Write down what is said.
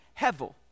hevel